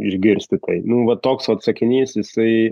išgirsti tai nu va toks vat sakinys jisai